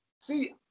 See